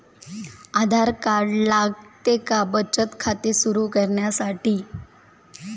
आधार card लागते का बचत खाते सुरू करण्यासाठी?